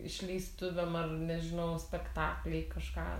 išleistuvėm ar nežinau spektakliai kažką